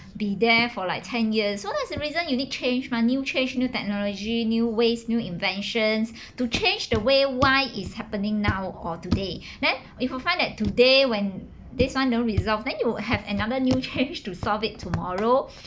be there for like ten years so that's the reason you need change mah new change new technology new ways new inventions to change the way why is happening now or today then if we find that today when this one don't resolve then you'll have another new change to solve it tomorrow